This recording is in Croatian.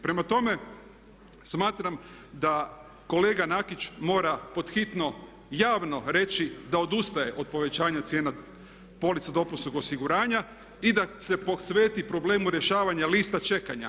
Prema tome smatram da kolega Nakić mora pothitno javno reći da odustaje od povećanja cijena polica dopunskog osiguranja i da se posveti problemu rješavanja lista čekanja.